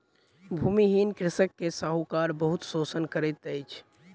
भूमिहीन कृषक के साहूकार बहुत शोषण करैत अछि